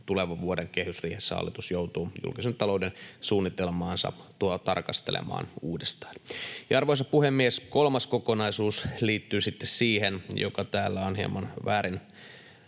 tulevan vuoden kehysriihessä hallitus joutuu julkisen talouden suunnitelmaansa tarkastelemaan uudestaan. Arvoisa puhemies! Kolmas kokonaisuus liittyy sitten siihen, mikä täällä on hieman väärin